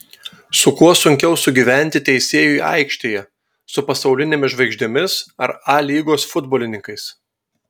su kuo sunkiau sugyventi teisėjui aikštėje su pasaulinėmis žvaigždėmis ar a lygos futbolininkais